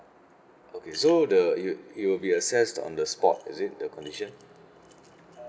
okay so the you you'll be assessed on the spot is it the condition